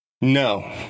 No